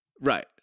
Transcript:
Right